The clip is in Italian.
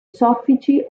soffici